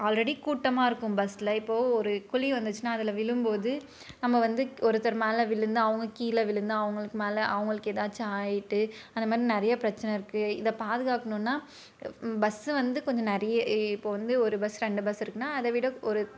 already கூட்டமாக இருக்கும் பஸ்ஸில் இப்போது ஒரு குழி வந்துச்சுனால் அதில் விழும்போது நம்ம வந்து ஒருத்தர் மேல் விழுந்து அவங்க கீழே விழுந்து அவங்களுக்கு மேல் அவங்களுக்கு ஏதாச்சும் ஆகிட்டு அந்தமாதிரி நிறைய பிரச்சனை இருக்குது இதை பாதுகாக்கணுன்னால் பஸ்ஸு வந்து கொஞ்சம் நிறைய இப்போது வந்து ஒரு பஸ் ரெண்டு பஸ் இருக்குனால் அதைவிட ஒரு